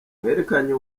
mwerekanye